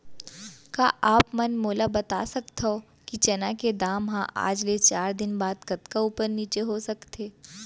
का आप मन मोला बता सकथव कि चना के दाम हा आज ले चार दिन बाद कतका ऊपर नीचे हो सकथे?